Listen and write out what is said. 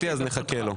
נחכה ליועץ המשפטי.